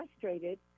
frustrated